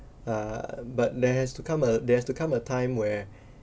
err but there has to come a there has to come a time where